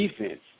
defense